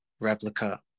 replica